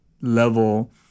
level